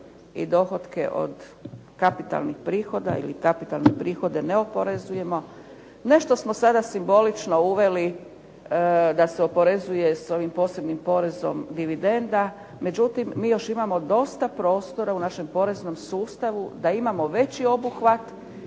i dohotke od kapitalnih prihoda ili kapitalne prihode ne oporezujemo. Nešto smo sada simbolično uveli da se oporezuje s ovim posebnim porezom dividenda. Međutim, mi još imamo dosta prostora u našem poreznom sustavu da imamo veći obuhvat.